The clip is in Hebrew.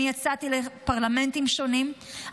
אני יצאתי לפרלמנטים שונים,